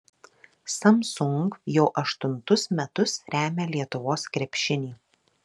samsung jau aštuntus metus remia lietuvos krepšinį